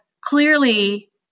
clearly